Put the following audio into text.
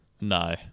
No